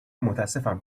متاسفم